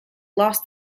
lost